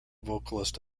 vocalist